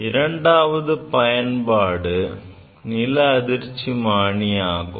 இரண்டாவது பயன்பாடு நில அதிர்ச்சிமானி ஆகும்